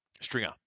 Stringer